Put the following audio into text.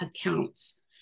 accounts